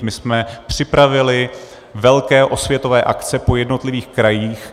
My jsme připravili velké osvětové akce po jednotlivých krajích.